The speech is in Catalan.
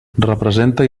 representa